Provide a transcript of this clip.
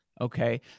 Okay